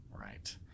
Right